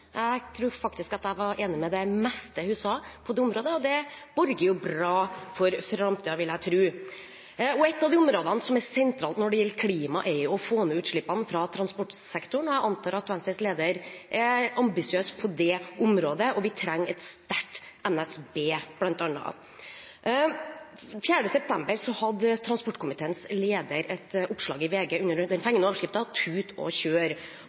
Jeg tror faktisk at jeg var enig i det meste av det hun sa på dette området, og det borger bra for framtiden, vil jeg tro. Ett av de områdene som er sentrale når det gjelder klima, er å få ned utslippene fra transportsektoren. Jeg antar at Venstres leder er ambisiøs på det området. Vi trenger bl.a. et sterkt NSB. Den 4. september ble transportkomiteens leder referert i et oppslag i VG under den fengende overskriften «Tut og kjør!».